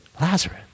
Lazarus